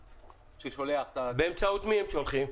הפועלים ששולח --- באמצעות מי הם שולחים?